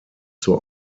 zur